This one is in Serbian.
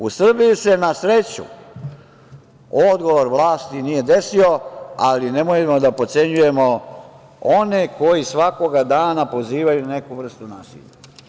U Srbiji se, na sreću, odgovor vlasti nije desio, ali nemojmo da potcenjujemo one koji svakoga dana pozivaju na neku vrstu nasilja.